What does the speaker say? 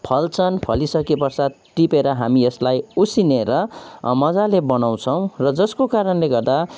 फल्छन् फलिसकेपश्चात टिपेर हामी यसलाई उसिनेर मज्जाले बनाउछौँ र जसको कारणले गर्दा